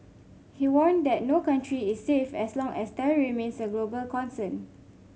he warned that no country is safe as long as terror remains a global concern